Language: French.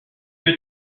que